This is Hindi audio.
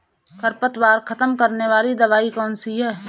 खरपतवार खत्म करने वाली दवाई कौन सी है?